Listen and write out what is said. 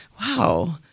wow